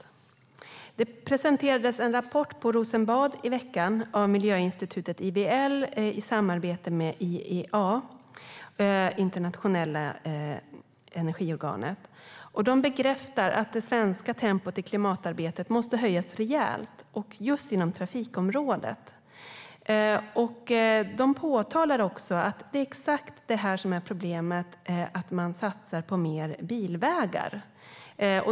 I veckan presenterades en rapport i Rosenbad av IVL Svenska Miljöinstitutet, som tagits fram i samarbete med Internationella energirådet IEA. De bekräftar att det svenska tempot i klimatarbetet måste höjas rejält och just inom trafikområdet. De påpekar också att det är exakt detta som är problemet, det vill säga att man satsar på mer bilvägar.